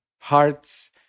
hearts